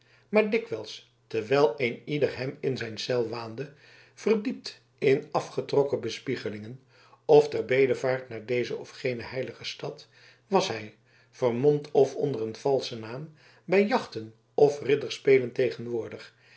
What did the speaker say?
maar dikwijls terwijl een ieder hem in zijn cel waande verdiept in afgetrokken bespiegelingen of ter bedevaart naar deze of gene heilige stad was hij vermomd of onder een valschen naam bij jachten of ridderspelen tegenwoordig